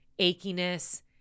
achiness